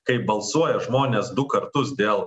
kai balsuoja žmonės du kartus dėl